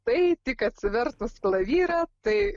tai tik atsivertus klavyrą tai